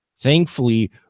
thankfully